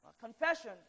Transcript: Confession